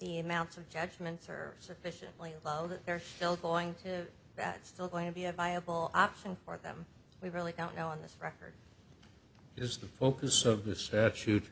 the amounts of judgments are sufficiently low that they're still going to that's still going to be a viable option for them we really don't know on this record is the focus of this statute